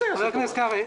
חבר הכנסת קרעי,